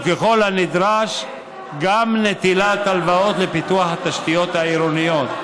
וככל הנדרש גם נטילת הלוואות לפיתוח התשתיות העירוניות.